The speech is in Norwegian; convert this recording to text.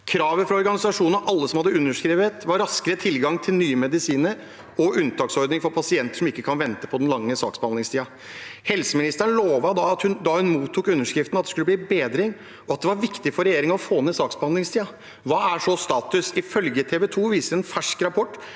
Kravet fra organisasjonene og alle som hadde underskrevet, var raskere tilgang til nye medisiner og unntaksordning for pasienter som ikke kan vente på den lange saksbehandlingstiden. Helseministeren lovet, da hun mottok underskriftene, at det skulle bli bedring, og at det var viktig for regjeringen å få ned saksbehandlingstiden. Hva er så status? Ifølge TV 2 viser en fersk rapport